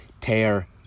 tear